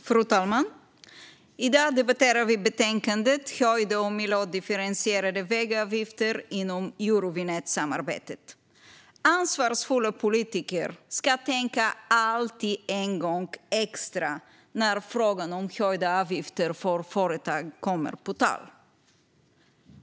Fru talman! I dag debatterar vi betänkandet Höjda och miljödifferentie rade vägavgifter inom eurovinjettsamarbetet . Ansvarsfulla politiker ska alltid tänka en gång extra när frågan om höjda avgifter för företag kommer på tal.